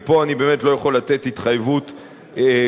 ופה אני לא יכול לתת התחייבות גורפת,